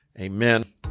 Amen